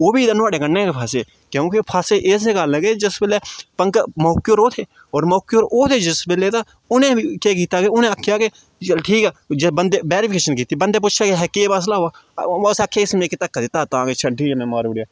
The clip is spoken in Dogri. ओह्बी ते नुहाड़े कन्नै गै फसे क्योंकि फसे इस गल्ला कि जिस बेल्लै पंगा मौके पर ओह् थे होर मौके पर ओह् थे जिस बेल्लै तां उ'नें बी केह् कीता कि उ'नें आखेआ कि चल ठीक ऐ जे बन्दे वेरिफिकेशन कीती बन्दे पुछेआ ऐ हे कि केह् मसला होआ उस आखेआ इस मिगी धक्का दित्ता तां गै छंडियै में मारी ओड़ेआ